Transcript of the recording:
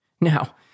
Now